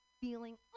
feeling